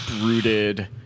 rooted